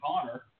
Connor